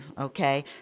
okay